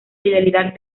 fidelidad